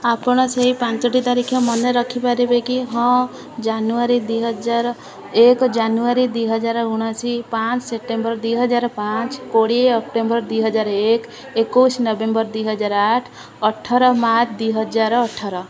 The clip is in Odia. ଆପଣ ସେହି ପାଞ୍ଚଟି ତାରିଖ ମନେ ରଖିପାରିବେ କି ହଁ ଜାନୁଆରୀ ଦୁଇହଜାର ଏକ ଜାନୁଆରୀ ଦୁଇହଜାର ଉଣେଇଶ ପାଞ୍ଚ ସେପ୍ଟେମ୍ବର ଦୁଇହଜାର ପାଞ୍ଚ କୋଡ଼ିଏ ଅକ୍ଟୋବର ଦୁଇହଜାର ଏକ ଏକୋଇଶ ନଭେମ୍ବର ଦୁଇହଜାର ଆଠ ଅଠର ମାର୍ଚ୍ଚ ଦୁଇହଜାର ଅଠର